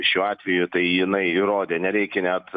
šiuo atveju tai jinai įrodė nereikia net